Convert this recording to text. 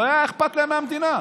לא היה אכפת להם מהמדינה.